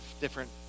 different